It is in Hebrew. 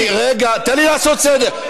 רגע, תן לי לעשות סדר.